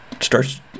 starts